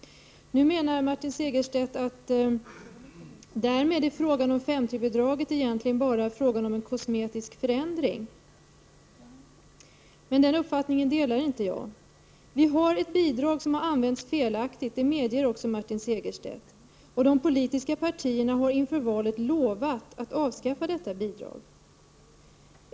Nu menar Martin Segerstedt att därmed är vad som skett med 5:3-bidraget egentligen bara en kosmetisk förändring, men den uppfattningen delar inte jag. Bidraget har använts felaktigt — det medger också Martin Segerstedt — och de politiska partierna har inför valet lovat att avskaffa detta bidrag.